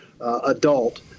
adult